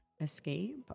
escape